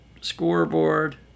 scoreboard